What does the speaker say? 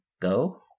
go